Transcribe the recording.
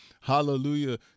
hallelujah